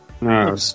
No